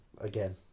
again